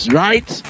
right